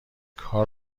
کار